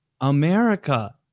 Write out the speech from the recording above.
America